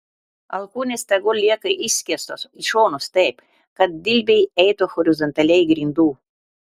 alkūnės tegul lieka išskėstos į šonus taip kad dilbiai eitų horizontaliai grindų